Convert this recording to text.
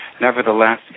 nevertheless